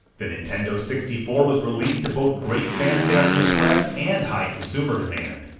the nintendo sixty four was released to both great fanfare in the press, and high consumer demand.